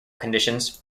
conditions